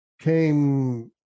came